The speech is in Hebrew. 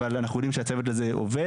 אבל אנחנו יודעים שהצוות הזה עובד.